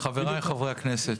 חבריי חברי הכנסת.